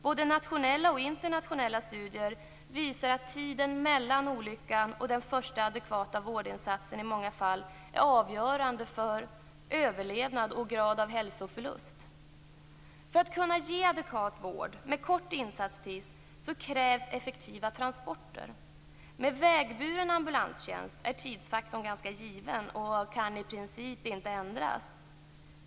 Både nationella och internationella studier visar att tiden mellan olyckan och den första adekvata vårdinsatsen i många fall är avgörande för överlevnad och grad av hälsoförlust. För att kunna ge adekvat vård med kort insatstid krävs det effektiva transporter. Med vägburen ambulanstjänst är tidsfaktorn ganska given och kan i princip inte ändras.